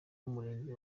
w’umurenge